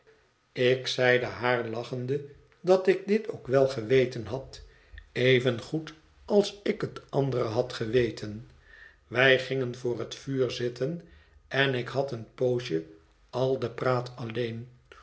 ik zeide haar lachende dat ik dit ook wel geweten had evengoed als ik het andere had geweten wij gingen voor het vuur zitten en ik had een poosje al den praat alleen